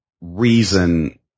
reason